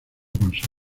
consigo